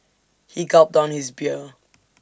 he gulped down his beer